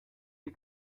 you